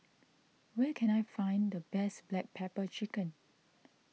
where can I find the best Black Pepper Chicken